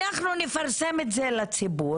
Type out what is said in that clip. אנחנו נפרסם את זה לציבור,